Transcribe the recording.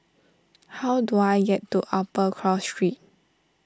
how do I get to Upper Cross Street